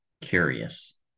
curious